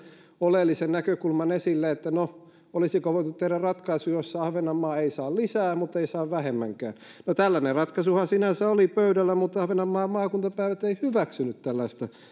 oleellisen näkökulman esille että no olisiko voitu tehdä ratkaisu jossa ahvenanmaa ei saa lisää muttei saa vähemmänkään no tällainen ratkaisuhan sinänsä oli pöydällä mutta ahvenanmaan maakuntapäivät ei hyväksynyt tällaista